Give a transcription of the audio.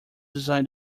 design